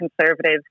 conservative